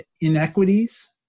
inequities